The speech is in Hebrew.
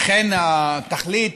אכן, התכלית